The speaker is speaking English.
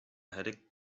had